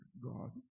God